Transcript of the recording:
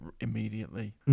immediately